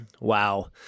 Wow